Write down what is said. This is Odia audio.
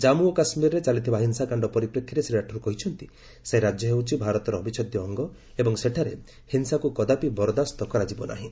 ଜାମ୍ମୁ ଓ କାଶ୍ମୀରରେ ଚାଲିଥିବା ହିଂସାକାଣ୍ଡ ପରିପ୍ରେକ୍ଷୀରେ ଶ୍ରୀ ରାଠୋର କହିଛନ୍ତି ସେହି ରାଜ୍ୟ ହେଊଛି ଭାରତର ଅବିଚ୍ଛେଦ୍ୟ ଅଙ୍ଗ ଏବଂ ସେଠାରେ ହିଂସାକୁ କଦାପି ବରଦାସ୍ତ କରାଯିବ ନାହିଁ